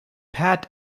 pat